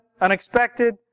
unexpected